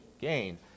gain